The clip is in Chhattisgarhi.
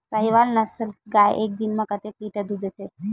साहीवल नस्ल गाय एक दिन म कतेक लीटर दूध देथे?